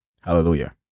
Hallelujah